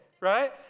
right